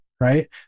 right